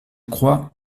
croix